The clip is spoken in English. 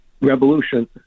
Revolution